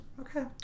Okay